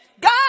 God